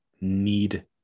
need